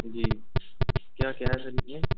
جی کیا کیا ہے سر اس میں